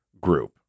group